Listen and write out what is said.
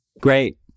Great